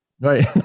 Right